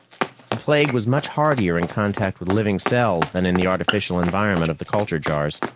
the plague was much hardier in contact with living cells than in the artificial environment of the culture jars.